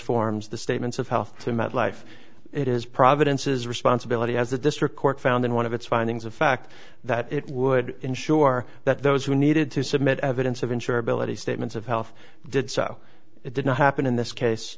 forms the statements of health to about life it is providence's responsibility as a district court found in one of its findings of fact that it would ensure that those who needed to submit evidence of insurability statements of health did so it did not happen in this case